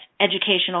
educational